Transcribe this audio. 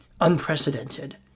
unprecedented